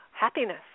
happiness